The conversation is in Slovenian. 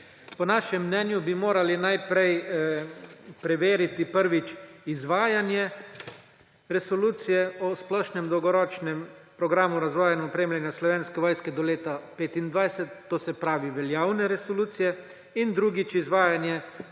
Po našem mnenju bi morali najprej preveriti, prvič, izvajanje Resolucije o splošnem dolgoročnem programu razvoja in opremljanja Slovenske vojske do leta 2025, se pravi veljavne resolucije, in, drugič, izvajanje